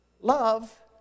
Love